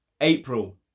April